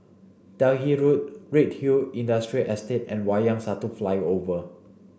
Delhi Road Redhill Industrial Estate and Wayang Satu Flyover